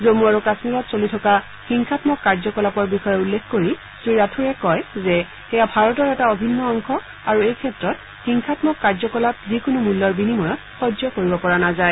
জম্মু আৰু কাশ্মীৰত চলি থকা হিংসাম্মক কাৰ্য্যকলাপৰ বিষয়ে উল্লেখ কৰি শ্ৰীৰাথোড়ে কয় যে সেয়া ভাৰতৰ এটা অভিন্ন অংশ আৰু এই ক্ষেত্ৰত হিংসাম্মক কাৰ্য্যকলাপ যিকোনো মূল্যৰ বিনিময়ত সহ্য কৰিব পৰা নাযায়